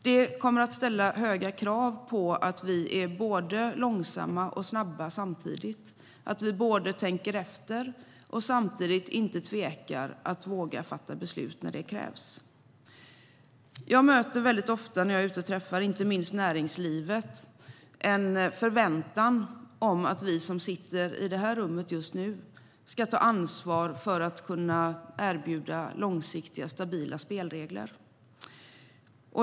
Det kommer att ställa höga krav på att vi är både långsamma och snabba, att vi både tänker efter och samtidigt inte tvekar att våga fatta beslut när det krävs. När jag är ute och träffar inte minst näringslivet möter jag ofta en förväntan om att vi som sitter i det här rummet just nu ska ta ansvar för att erbjuda långsiktiga och stabila spelregler.